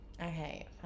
Okay